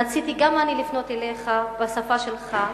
רציתי גם אני לפנות אליך בשפה שלך,